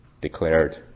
declared